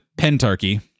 Pentarchy